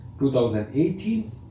2018